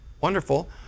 Wonderful